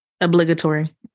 Obligatory